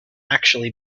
actually